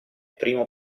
primo